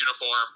uniform